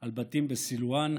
על בתים בסילוואן.